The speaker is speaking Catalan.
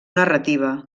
narrativa